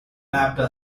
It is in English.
mapped